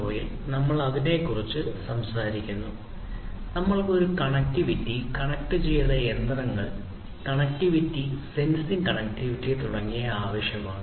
0 ൽ നമ്മൾ അതിനെക്കുറിച്ച് സംസാരിക്കുന്നു നമ്മൾക്ക് ഈ കണക്റ്റിവിറ്റി കണക്റ്റുചെയ്ത യന്ത്രങ്ങൾ എല്ലായിടത്തും കണക്റ്റിവിറ്റി സെൻസിംഗ് കണക്റ്റിവിറ്റി തുടങ്ങിയവ ആവശ്യമാണ്